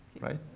right